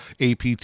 APT